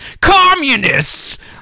COMMUNISTS